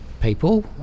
people